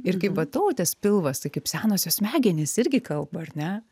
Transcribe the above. ir kaip va tautės pilvas tai kaip senosios smegenys irgi kalba ar ne